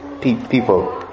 people